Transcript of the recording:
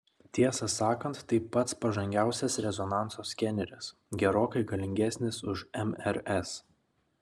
tiesą sakant tai pats pažangiausias rezonanso skeneris gerokai galingesnis už mrs